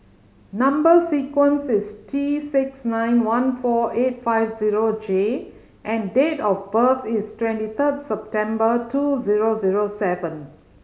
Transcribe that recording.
number sequence is T six nine one four eight five zero J and date of birth is twenty third September two zero zero seven